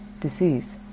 disease